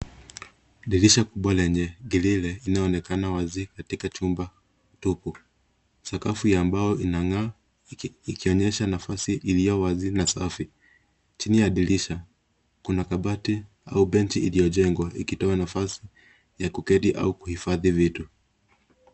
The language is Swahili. Dirisha kubwa lenye [ cs] grill inaonekana wazi katika chumba tupu sakafu ya mbao inangaa ikionyesha nafasi iliyo wazi na safi. Chini ya dirisha kuna kabati au bench iliyo jengwa ikitoa nafasi ya kuketi au kuhifadhi vitu.